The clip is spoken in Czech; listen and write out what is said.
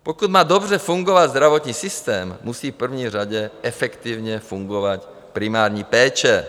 Pokud má dobře fungovat zdravotní systém, musí v první řadě efektivně fungovat primární péče.